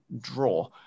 draw